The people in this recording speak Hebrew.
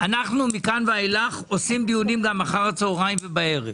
שאנחנו מכאן ואילך עושים דיונים גם אחר הצוהריים ובערב.